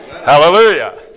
Hallelujah